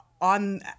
on